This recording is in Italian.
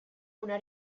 una